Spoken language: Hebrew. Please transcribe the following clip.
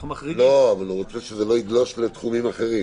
הוא רוצה שזה לא יגלוש לתחומים אחרים.